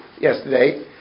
yesterday